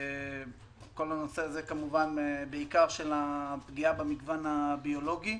וכל הנושא הזה כמובן בעיקר של הפגיעה במגוון הביולוגי.